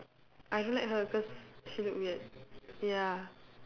I don't like her because she look weird ya